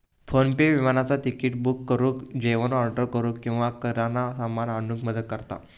PhonePe विमानाचा तिकिट book करुक, जेवण ऑर्डर करूक किंवा किराणा सामान आणूक मदत करता